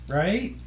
right